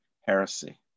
heresy